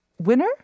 winner